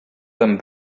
them